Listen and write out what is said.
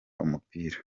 umupira